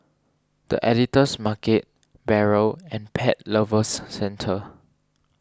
the Editor's Market Barrel and Pet Lovers Centre